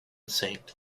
saint